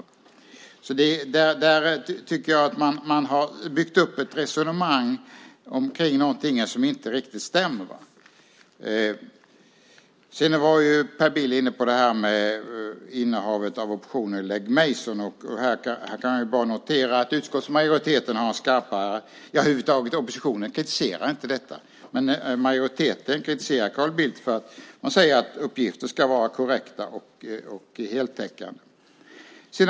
Jag tycker att man där byggt upp ett resonemang omkring något som inte riktigt stämmer. Per Bill var inne på frågan om innehavet av optioner i Legg Mason. Jag kan bara notera att oppositionen över huvud taget inte kritiserar detta. Majoriteten kritiserar dock Carl Bildt. Man säger att uppgifter ska vara korrekta och heltäckande.